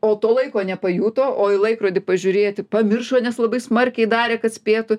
o to laiko nepajuto o į laikrodį pažiūrėti pamiršo nes labai smarkiai darė kad spėtų